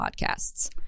podcasts